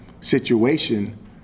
situation